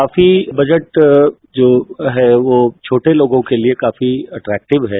काफी बजट जो है वह छोटे लोगों के काफी एटैक्टिव है